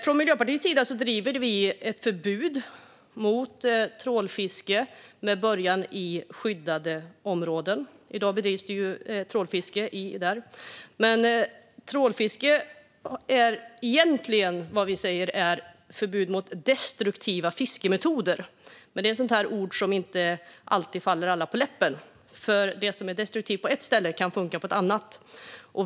Från Miljöpartiets sida driver vi på för ett förbud mot trålfiske med början i skyddade områden. I dag bedrivs det ju trålfiske där. Men vad vi egentligen säger är förbud mot destruktiva fiskemetoder. Det är ord som inte alltid faller alla på läppen, för det som är destruktivt på ett ställe kan funka på ett annat.